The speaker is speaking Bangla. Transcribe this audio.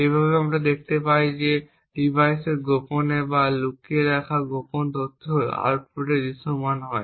এইভাবে আমরা দেখতে পাই যে ডিভাইসে গোপনে বা লুকিয়ে রাখা গোপন তথ্য আউটপুটে দৃশ্যমান হয়